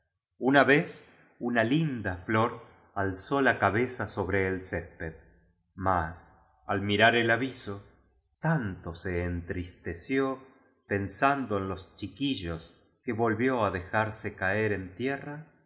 una vez una linda flor alzó ja cabeza sobre el césped mas al mirar el aviso tanto se entristeció pensando en los chi quillos que volvió á dejarse caer en tie